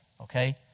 okay